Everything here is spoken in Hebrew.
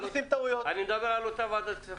אני מדבר על אותה ועדת הכספים.